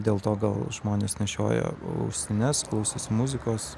dėl to gal žmonės nešioja ausines klausosi muzikos